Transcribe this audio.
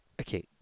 Okay